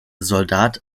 soldat